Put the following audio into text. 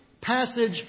passage